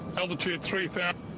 altitude three thousand.